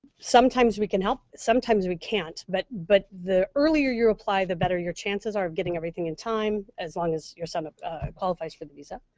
sometimes we can help. sometimes we can't. but but the earlier you apply, the better your chances are of getting everything in time as long as your son qualifies for the visa.